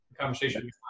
conversation